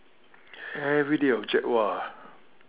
everyday object !wah!